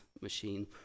machine